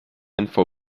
info